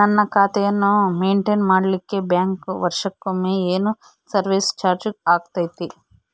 ನನ್ನ ಖಾತೆಯನ್ನು ಮೆಂಟೇನ್ ಮಾಡಿಲಿಕ್ಕೆ ಬ್ಯಾಂಕ್ ವರ್ಷಕೊಮ್ಮೆ ಏನು ಸರ್ವೇಸ್ ಚಾರ್ಜು ಹಾಕತೈತಿ?